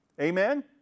Amen